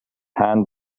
hand